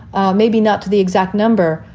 ah maybe not to the exact number,